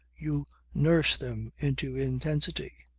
you nurse them into intensity.